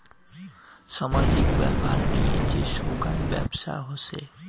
সামাজিক ব্যাপার নিয়ে যে সোগায় ব্যপছা হসে